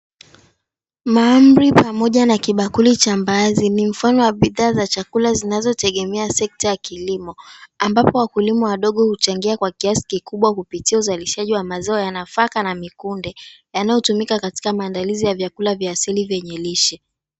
Mahamri pamoja na kibakuli cha mbaazi ni mfano wa bidhaa za chakula zinazotegemea sekta ya kilimo, ambapo wakulima wadogo huchangia kwa kiasi kikubwa kupitia uzalishaji wa mazao ya nafaka na mikunde yanayotumika katika maandalizi ya vyakula vya asili vyenye lishe.